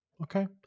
Okay